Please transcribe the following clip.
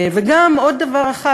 וגם עוד דבר אחד,